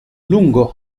lungo